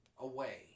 away